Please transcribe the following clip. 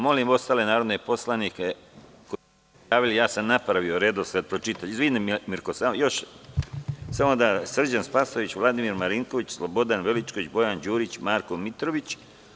Molim ostale narodne poslanike koji su se prijavili, ja sam napravio redosled, Srđan Spasojević, Vladimir Marinković, Slobodan Veličković, Bojan Đurić, Marko Mitrović.